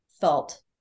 felt